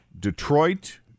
Detroit